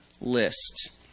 list